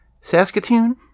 Saskatoon